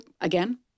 again